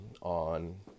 on